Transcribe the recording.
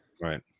Right